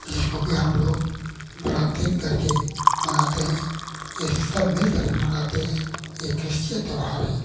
जिसको कि हम लोग बड़ा दिन करके मनाते हैं यह सब मिलकर मनाते हैं यह क्रिस्चियन त्यौहार है